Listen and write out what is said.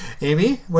Amy